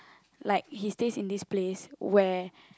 like he stays in this place where